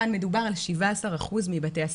כאן מדובר על 17% מבתי הספר.